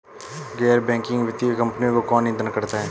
गैर बैंकिंग वित्तीय कंपनियों को कौन नियंत्रित करता है?